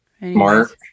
Mark